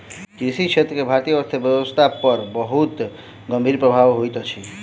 कृषि क्षेत्र के भारतीय अर्थव्यवस्था पर बहुत गंभीर प्रभाव होइत अछि